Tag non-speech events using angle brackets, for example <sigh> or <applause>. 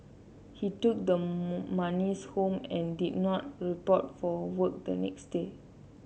he took the <unintelligible> monies home and did not report for work the next day